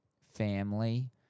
family